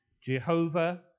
Jehovah